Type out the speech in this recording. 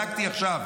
בדקתי עכשיו: